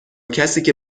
کسیکه